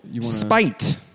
Spite